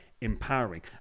empowering